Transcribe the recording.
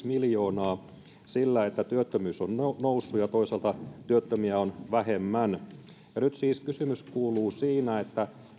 miljoonaa sillä että työttömyys on noussut ja toisaalta työttömiä on vähemmän nyt siis kysymys kuuluu siinä